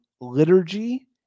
liturgy